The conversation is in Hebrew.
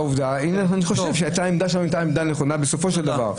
אני חושב שהעמדה שלנו הייתה עמדה נכונה בסופו של דבר.